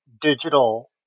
digital